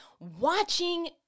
Watching